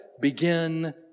begin